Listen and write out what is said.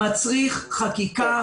מצריך חקיקה.